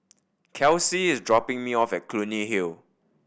Kelsey is dropping me off at Clunny Hill